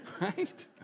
right